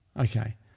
Okay